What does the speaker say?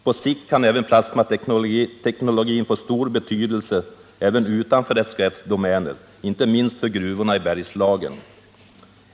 På sikt kan plasmateknologin få stor betydelse även utanför SKF:s domäner, inte minst för gruvorna i Bergslagen.